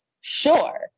Sure